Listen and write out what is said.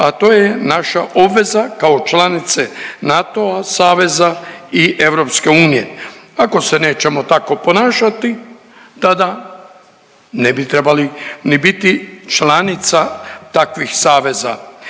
a to je naša obveza kao članice NATO saveza i EU. Ako se nećemo tako ponašati tada ne bi trebali ni biti članica takvih saveza.